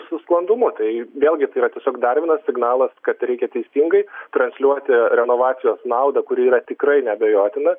su klandumu tai vėlgi yra tiesiog dar vienas signalas kad reikia teisingai transliuoti renovacijos naudą kuri yra tikrai neabejotina